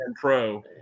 pro